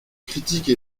critique